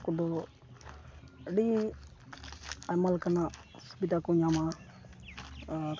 ᱠᱚᱫᱚ ᱟᱹᱰᱤ ᱟᱭᱢᱟ ᱞᱮᱠᱟᱱᱟᱜ ᱥᱩᱵᱤᱫᱟ ᱠᱚ ᱧᱟᱢᱟ ᱟᱨ